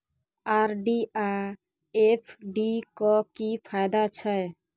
RD आ FD क की फायदा छै?